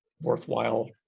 worthwhile